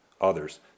others